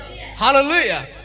Hallelujah